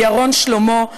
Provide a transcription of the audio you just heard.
ירון שלמה,